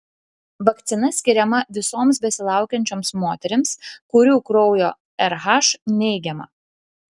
vakcina skiriama visoms besilaukiančioms moterims kurių kraujo rh neigiama